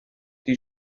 die